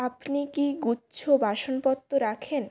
আপনি কি গুচ্ছ বাসনপত্র রাখেন